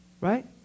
Right